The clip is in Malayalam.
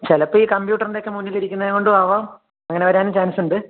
ചിലപ്പോള് ഈ കമ്പ്യൂട്ടറിൻ്റെയൊക്കെ മുന്നിലിരിക്കുന്നതു കൊണ്ടുമാകാം അങ്ങനെ വരാനും ചാൻസുണ്ട്